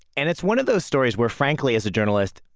and it's one of those stories where, frankly, as a journalist,